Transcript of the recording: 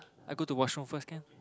I go to washroom first can